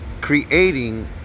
creating